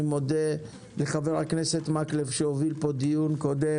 אני מודה לחבר הכנסת מקלב שהוביל פה דיון קודם